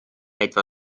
etwa